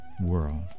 world